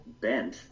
bent